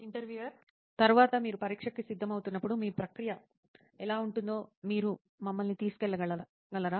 interviewer తరువాత మీరు పరీక్షకు సిద్ధమవుతున్నప్పుడు మీ ప్రక్రియ ఎలా ఉంటుందో మీరు మమ్మల్ని తీసుకెళ్లగలరా